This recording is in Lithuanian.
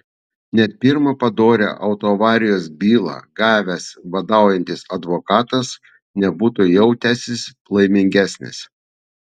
net pirmą padorią autoavarijos bylą gavęs badaujantis advokatas nebūtų jautęsis laimingesnis